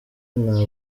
nta